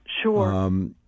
Sure